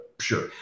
sure